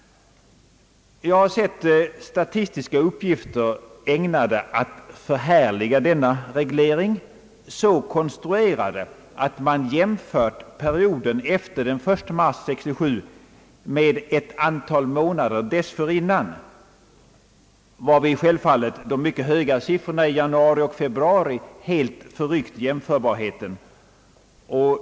Jag har sett statistiska uppgifter ägnade att förhärliga denna reglering, så konstruerade att man jämför perioden efter den 1 mars med ett antal månader dessförinnan, varvid självfallet de mycket höga siffrorna i januari och februari helt förryckt jämförbarheten.